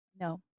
No